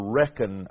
reckon